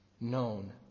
known